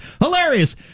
Hilarious